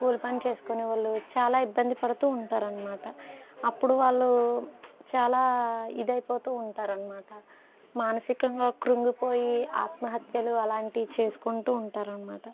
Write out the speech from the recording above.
కూలి పని చేసుకునేవాళ్ళు చాలా ఇబ్బంది పడుతూ ఉంటారన్నమాట అప్పుడు వాళ్ళు చాలా ఇది అయిపోతూ ఉంటారన్నమాట మానసికంగా క్రుంగిపోయి ఆత్మహత్యలు అలాంటివి చేసుకుంటూ ఉంటారన్నమాట